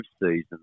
season